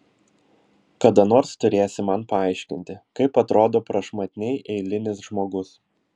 kada nors turėsi man paaiškinti kaip atrodo prašmatniai eilinis žmogus